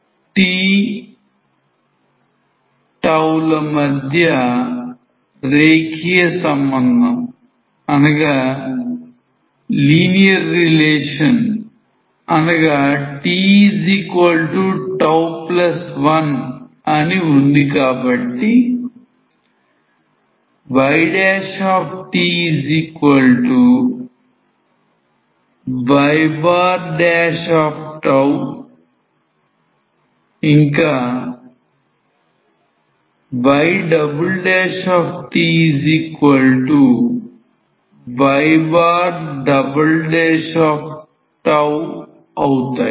t τ ల మధ్య రేఖీయ సంబంధం అనగా tτ1అని ఉంది కాబట్టి yty ytyτఅవుతాయి